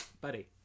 Buddy